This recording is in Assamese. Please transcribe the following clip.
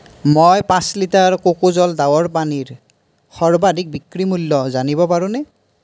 মই পাঁচ লিটাৰ কোকোজল ডাবৰ পানীৰ সৰ্বাধিক বিক্ৰী মূল্য জানিব পাৰোনে